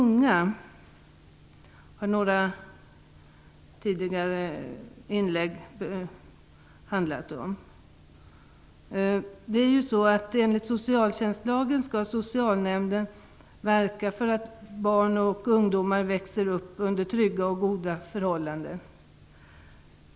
Några föregående inlägg har handlat om vård av unga. Enligt socialtjänstlagen skall socialnämnden verka för att barn och ungdomar växer upp under trygga och goda förhållanden.